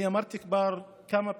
אני אמרתי כבר כמה פעמים,